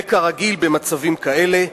וכרגיל במצבים כאלה,